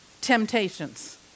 temptations